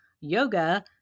yoga